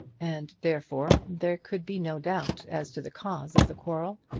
and, therefore there could be no doubt as to the cause of the quarrel.